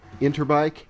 Interbike